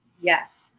Yes